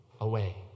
away